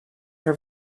her